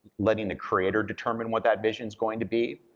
letting the creator determine what that vision's going to be,